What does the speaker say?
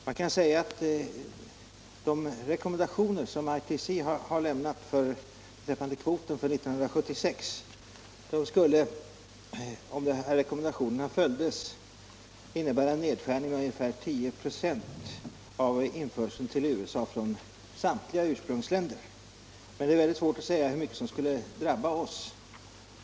Man kan säga att de rekommendationer som ITC har lämnat beträffande kvoten för 1976 skulle, om de följdes, innebära en nedskärning med ungefär 10 26 av införseln till USA från samtliga ursprungsländer, men det är svårt att beräkna hur mycket av nedskärningen som skulle drabba oss.